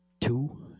two